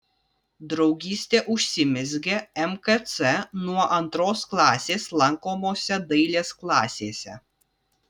draugystė užsimezgė mkc nuo antros klasės lankomose dailės klasėse